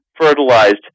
fertilized